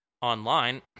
online